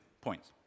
points